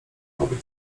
mogę